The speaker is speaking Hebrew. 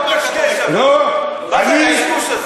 מה אתה מקשקש?